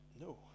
no